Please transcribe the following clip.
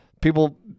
People